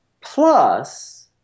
plus